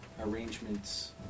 arrangements